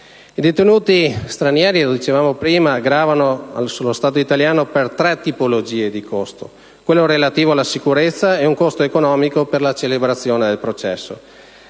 I detenuti stranieri, gravano sullo Stato italiano per tre tipologie di costo: quello relativo alla sicurezza, quello economico per la celebrazione del processo